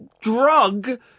drug